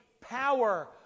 power